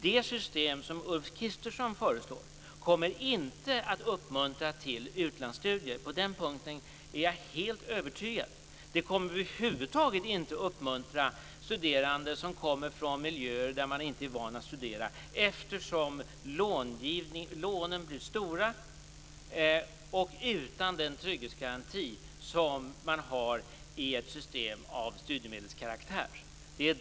Det system som Ulf Kristersson föreslår kommer inte att uppmuntra till utlandsstudier. På den punkten är jag helt övertygad. Det kommer över huvud taget inte att uppmuntra studerande som kommer från miljöer där man inte är van att studera, eftersom lånen blir stora och utan den trygghetsgaranti som man har i ett system av studiemedelskaraktär.